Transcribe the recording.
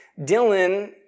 Dylan